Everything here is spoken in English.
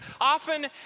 often